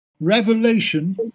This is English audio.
Revelation